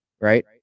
right